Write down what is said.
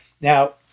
Now